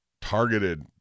targeted